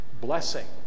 blessing